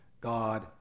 God